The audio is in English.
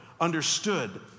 understood